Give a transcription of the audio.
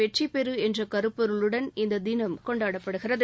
வெற்றி பெறு என்ற கருப்பொருளுடன் இந்த திளம் கொண்டாடப்படுகிறது